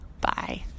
Bye